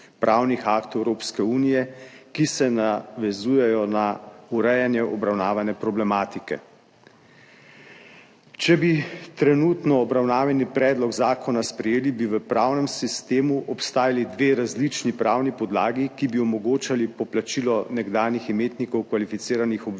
pravnih aktov Evropske unije, ki se navezujejo na urejanje obravnavane problematike. Če bi trenutno obravnavani predlog zakona sprejeli, bi v pravnem sistemu obstajali dve različni pravni podlagi, ki bi omogočali poplačilo nekdanjim imetnikom kvalificiranih obveznosti